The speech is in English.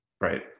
Right